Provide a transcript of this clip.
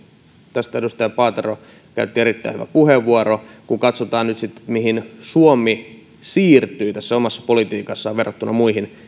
tästä edustaja paatero käytti erittäin hyvän puheenvuoron kun nyt sitten katsotaan mihin suomi siirtyy omassa politiikassaan verrattuna muihin